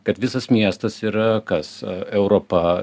kad visas miestas yra kas europa